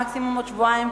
מקסימום עוד שבועיים,